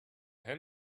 hand